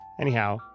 Anyhow